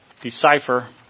decipher